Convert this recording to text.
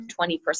20%